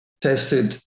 tested